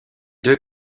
deux